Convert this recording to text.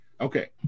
Okay